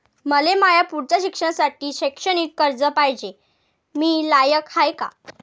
मले माया पुढच्या शिक्षणासाठी शैक्षणिक कर्ज पायजे, मी लायक हाय का?